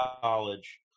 college